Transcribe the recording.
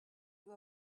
you